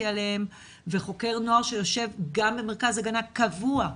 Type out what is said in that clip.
עליהן וחוקר הנוער שיושב גם במרכז ההגנה קבוע,